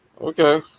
Okay